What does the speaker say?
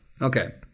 Okay